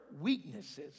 weaknesses